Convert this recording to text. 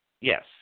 yes